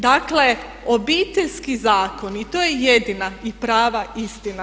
Dakle, Obiteljski zakon i to je jedina i prava istina.